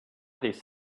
these